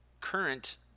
current